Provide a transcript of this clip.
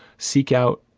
seek out.